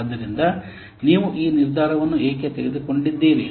ಆದ್ದರಿಂದ ನೀವು ಈ ನಿರ್ಧಾರವನ್ನು ಏಕೆ ತೆಗೆದುಕೊಂಡಿದ್ದೀರಿ